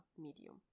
medium